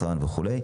ליצרן וכו'.